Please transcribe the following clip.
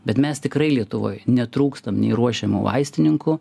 bet mes tikrai lietuvoj netrūkstam nei ruošiamų vaistininkų